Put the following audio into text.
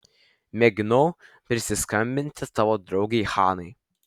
mėginau prisiskambinti tavo draugei hanai